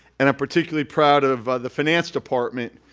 and i'm particularly proud of the finance department,